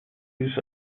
лишь